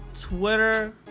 Twitter